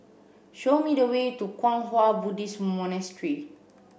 show me the way to Kwang Hua Buddhist Monastery